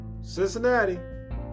Cincinnati